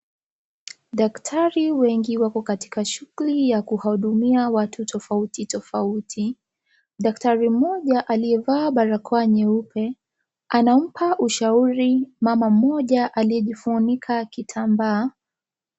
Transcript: Daktari wengi wako katika shughuli ya kuhudumia watu tofauti tofauti . Daktari mmoja aliyevaa barakoa nyeupe anampa ushauri mama mmoja aliyejifunika kitambaa.